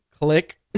Click